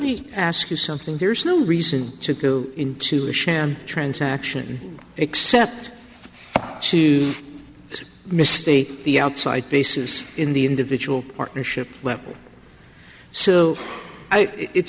me ask you something there's no reason to go into a sham transaction except to misstate the outside bases in the individual partnership level so